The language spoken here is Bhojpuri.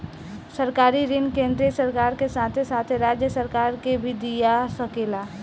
सरकारी ऋण केंद्रीय सरकार के साथे साथे राज्य सरकार के भी दिया सकेला